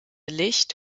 licht